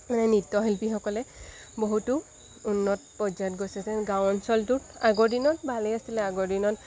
মানে নৃত্যশিল্পীসকলে বহুতো উন্নত পৰ্যায়ত গৈছেগৈ গাঁও অঞ্চলটোত আগৰ দিনত ভালেই আছিলে আগৰ দিনত